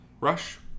rush